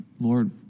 Lord